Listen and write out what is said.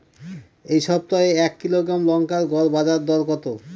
এই সপ্তাহে এক কিলোগ্রাম লঙ্কার গড় বাজার দর কত?